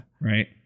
Right